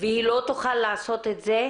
והיא לא תוכל לעשות את זה,